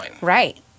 Right